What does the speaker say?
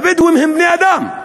הבדואים הם בני-אדם.